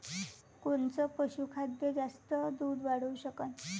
कोनचं पशुखाद्य जास्त दुध वाढवू शकन?